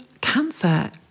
cancer